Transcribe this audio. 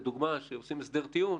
לדוגמה, כשעושים הסדר טיעון